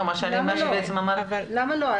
למה לא?